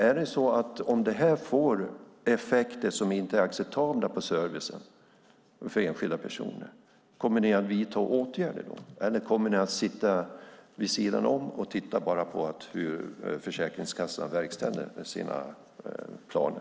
Om detta får effekter på servicen som inte är acceptabla för enskilda personer, kommer ni då att vidta åtgärder eller kommer ni att sitta vid sidan om och bara titta på hur Försäkringskassan verkställer sina planer?